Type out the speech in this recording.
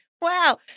Wow